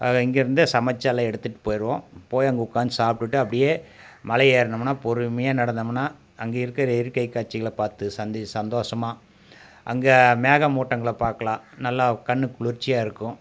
அதை இங்கிருந்தே சமைத்து எல்லாம் எடுத்துகிட்டு போயிடுவோம் போய் அங்கே உட்காந்து சாப்பிட்டுட்டு அப்படியே மலையேறுனமுன்னால் பொறுமையாக நடந்தமுன்னால் அங்கே இருக்கிற இயற்கை காட்சிகளை பார்த்து சந்தி சந்தோஷமா அங்கே மேகமூட்டங்களை பார்க்கலாம் நல்லா கண்ணுக்கு குளிர்ச்சியாக இருக்கும்